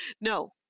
no